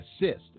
assist